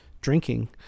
drinking